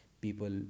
people